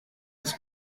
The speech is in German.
das